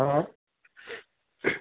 ହଁ